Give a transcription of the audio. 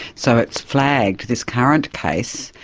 so it's flagged this current case.